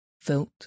felt